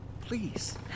Please